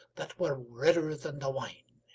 that were redder than the wine.